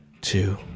two